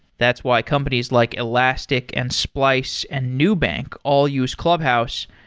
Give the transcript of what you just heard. that's why companies like elastic and splice and new bank all use clubhouse.